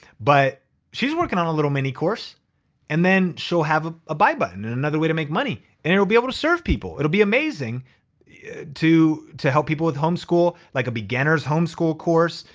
but she's working on a little mini-course and then she'll have a buy button and another way to make money and it will be able to serve people. it will be amazing to to help people with homeschool, like a beginner's homeschool course,